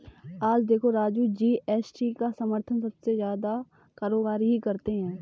आज देखो राजू जी.एस.टी का समर्थन सबसे ज्यादा कारोबारी ही करते हैं